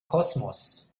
kosmos